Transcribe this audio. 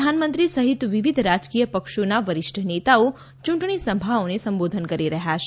પ્રધાનમંત્રી સહિત વિવિધ રાજકીય પક્ષોના વરિષ્ઠ નેતાઓ ચૂંટણી સભાઓને સંબોધન કરી રહ્યા છે